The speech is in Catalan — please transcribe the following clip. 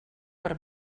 per